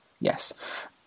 Yes